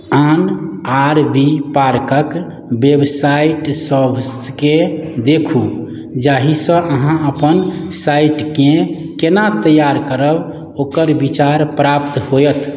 आन R V पार्कके वेबसाइटसबके देखू जाहिसँ अहाँ अपन साइटके कोना तैआर करब ओकर विचार प्राप्त होएत